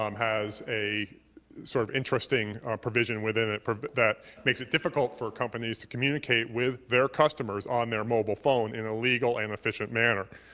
um has a sort of interesting provision within it that makes it difficult for companies to communicate with their customers on their mobile phone in a legal and efficient manner.